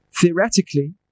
theoretically